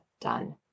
done